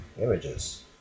images